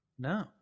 No